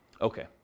Okay